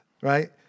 right